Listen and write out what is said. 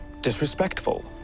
disrespectful